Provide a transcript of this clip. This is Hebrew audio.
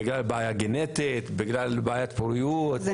בגלל בעיה גנטית בגלל בעיית פוריות?